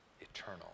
eternal